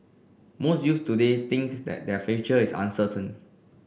most youths today think that their future is uncertain